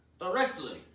directly